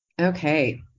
Okay